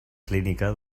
clínica